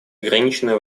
ограниченное